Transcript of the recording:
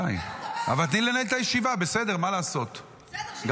איך הוא מדבר על